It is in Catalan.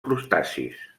crustacis